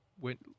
went